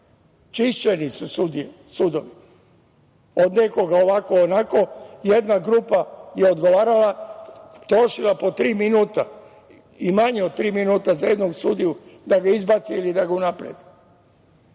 Čišćeni su sudovi, od nekoga ovako, onako. Jedna grupa je odgovarala, trošila po tri minuta, i manje od tri minuta za jednog sudiju, da ga izbaci ili unapredi.